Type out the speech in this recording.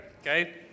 Okay